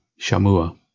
Shamua